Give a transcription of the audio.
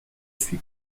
suis